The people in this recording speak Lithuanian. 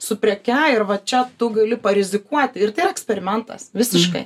su preke ir va čia tu gali parizikuoti ir tai yra eksperimentas visiškai